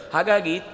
Hagagi